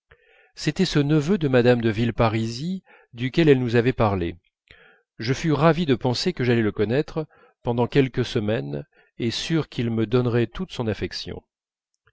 c'était ce neveu de mme de villeparisis duquel elle nous avait parlé je fus ravi de penser que j'allais le connaître pendant quelques semaines et sûr qu'il me donnerait toute son affection